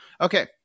Okay